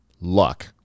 luck